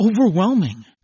overwhelming